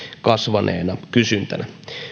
kasvaneena kysyntänä